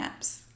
apps